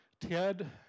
Ted